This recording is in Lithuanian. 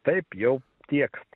taip jau tiek